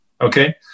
okay